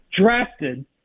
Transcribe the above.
drafted